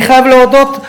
אני חייב להודות,